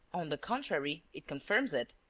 on the contrary, it confirms it.